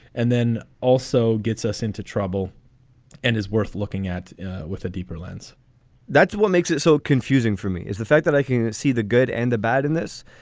and then also gets us into trouble and is worth looking at with a deeper lens that's what makes it so confusing for me, is the fact that i can see the good and the bad in this.